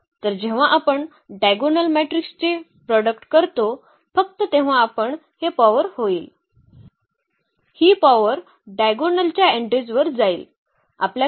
तर जेव्हा आपण डायगोनल मॅट्रिक्सचे प्रॉडक्ट करतो फक्त तेव्हा आपण हे पॉवर होईल ही पॉवर डायगोनलच्या एन्ट्रीजवर जाईल